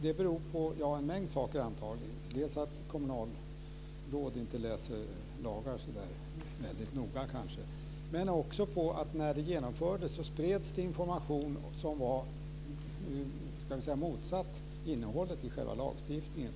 Det beror antagligen på en mängd saker - dels att kommunalråd kanske inte läser lagar så väldigt noga, dels på att när detta genomfördes så spreds det information som stod i motsats till innehållet i själva lagstiftningen.